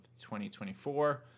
2024